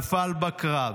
נפל בקרב.